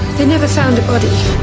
they never found a body.